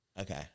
Okay